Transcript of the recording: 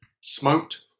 Smoked